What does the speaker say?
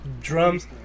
drums